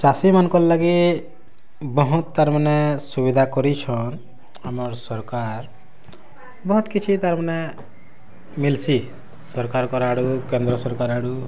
ଚାଷୀ ମାନକର୍ ଲାଗି ବହୁତ ତାର୍ ମାନେ ସୁବିଧା କରିଛନ୍ ଆମର୍ ସରକାର୍ ବହୁତ କିଛି ତାର୍ ମାନେ ମିଲସି ସରକାରକର୍ ଆଡୁ କେନ୍ଦ୍ର ସରକାର୍ ଆଡୁ